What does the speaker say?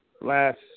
Last